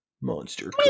Monster